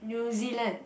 New Zealand